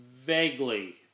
Vaguely